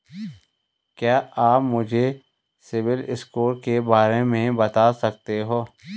क्या आप मुझे सिबिल स्कोर के बारे में बता सकते हैं?